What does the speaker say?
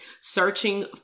searching